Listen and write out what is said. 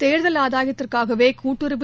தோ்தல் ஆதாயத்திற்காகவே கூட்டுறவு